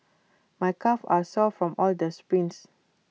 my calves are sore from all the sprints